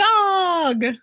dog